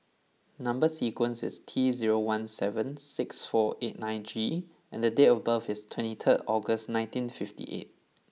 number sequence is T zero one seven six four eight nine G and date of birth is twenty third August nineteen fifty eight